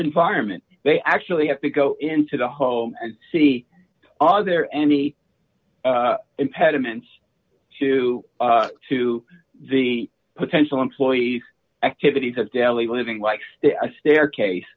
environment they actually have to go into the home and see other any impediments to to the potential employees activities of daily living like a staircase